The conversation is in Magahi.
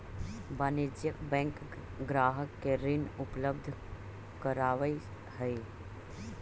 वाणिज्यिक बैंक ग्राहक के ऋण उपलब्ध करावऽ हइ